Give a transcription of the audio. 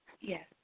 yes